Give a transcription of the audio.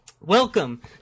welcome